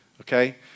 Okay